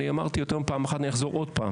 אמרתי יותר מפעם אחת ואני אחזור עוד פעם,